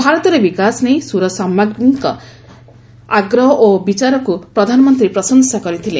ଭାରତର ବିକାଶ ନେଇ ସୁର ସାମ୍ରାଜ୍ଞୀଙ୍କ ଆଗ୍ରହ ଓ ବିଚାରକୁ ପ୍ରଧାନମନ୍ତ୍ରୀ ପ୍ରଶଂସା କରିଥିଲେ